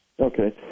Okay